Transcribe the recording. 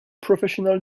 professional